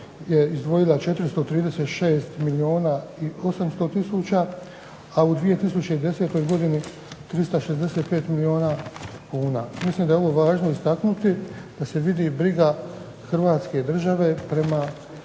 je izdvojila 436 milijuna i 800 tisuća, a u 2010. godini 365 milijuna kuna. Mislim da je ovo važno istaknuti da se vidi briga Hrvatske države prema svim